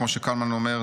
כמו שקלמן אומר,